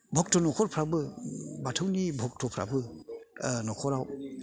भक्त' न'खरफ्राबो बाथौनि भक्त'फ्राबो न'खराव